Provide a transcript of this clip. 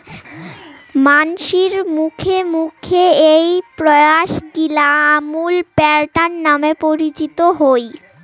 মানসির মুখে মুখে এ্যাই প্রয়াসগিলা আমুল প্যাটার্ন নামে পরিচিত হই